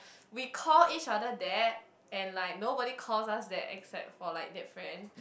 we call each other that and like nobody calls us that except for like that friend